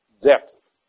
depth